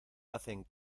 hacen